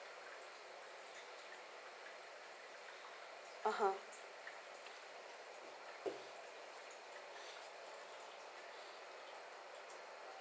a'ah